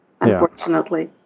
unfortunately